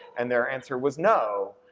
and their answer was no.